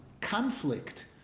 conflict